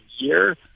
year